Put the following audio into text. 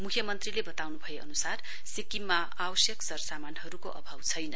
मुख्यमन्त्रीले बताउनु भए अनुसार सिक्किममा आवश्यक सरसामानहरूको अभाव छैन